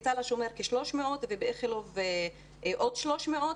בתל השומר כ-300 ובאיכילוב עוד 300,